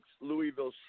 Louisville